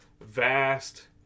vast